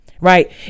right